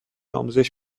آموزش